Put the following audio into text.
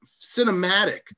cinematic